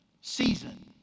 season